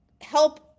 help